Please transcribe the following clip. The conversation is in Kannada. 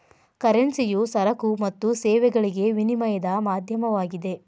ಕರೆನ್ಸಿಯು ಸರಕು ಮತ್ತು ಸೇವೆಗಳಿಗೆ ವಿನಿಮಯದ ಮಾಧ್ಯಮವಾಗಿದೆ